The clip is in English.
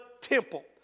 temple